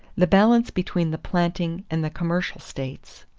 the balance between the planting and the commercial states.